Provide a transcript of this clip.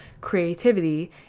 creativity